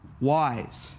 wise